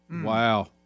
Wow